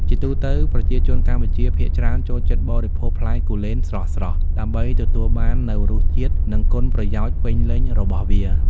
ជាទូទៅ ប្រជាជនកម្ពុជាភាគច្រើនចូលចិត្តបរិភោគផ្លែគូលែនស្រស់ៗ ដើម្បីទទួលបាននូវរសជាតិ និងគុណប្រយោជន៍ពេញលេញរបស់វា។